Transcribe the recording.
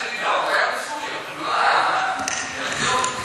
הוא היה, אני יודע.